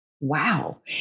Wow